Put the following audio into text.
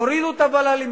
הורידו את הוול"לים,